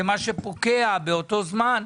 מה שפוקע באותו זמן,